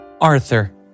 Arthur